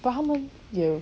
but 他们也